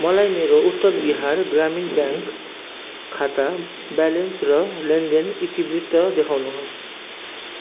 मलाई मेरो उत्तर बिहार ग्रामीण ब्याङ्क खाता ब्यालेन्स र लेनदेन इतिवृत्त देखाउनुहोस्